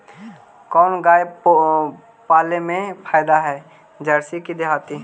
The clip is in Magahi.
कोन गाय पाले मे फायदा है जरसी कि देहाती?